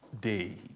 day